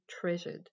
treasured